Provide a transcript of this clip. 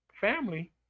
family